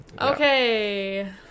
Okay